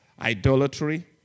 idolatry